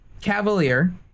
cavalier